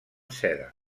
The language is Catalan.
seda